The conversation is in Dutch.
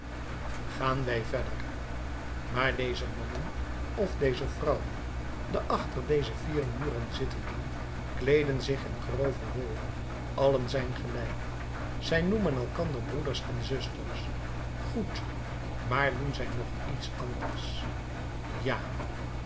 gaan wij verder maar deze mannen of deze vrouwen de achter deze vier muren zittenden kleeden zich in grove wol allen zijn gelijk zij noemen elkander broeders en zusters goed maar doen zij nog iets anders ja